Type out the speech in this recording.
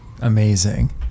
amazing